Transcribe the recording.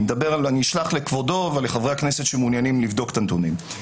אני אשלח לכבודו ולחברי הכנסת שמעוניינים לבדוק את הנתונים.